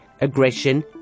aggression